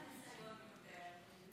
יש לי קצת יותר ניסיון במה מבטיחים ומה מקיימים.